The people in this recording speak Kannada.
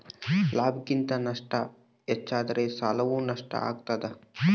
ಲಾಭಕ್ಕಿಂತ ನಷ್ಟ ಹೆಚ್ಚಾದರೆ ಸಾಲವು ನಷ್ಟ ಆಗ್ತಾದ